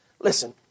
Listen